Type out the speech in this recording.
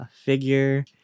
figure